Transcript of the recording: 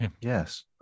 Yes